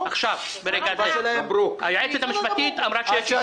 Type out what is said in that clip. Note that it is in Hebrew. עכשיו, ברגע הזה, היועצת המשפטית אמרה שיש אישור.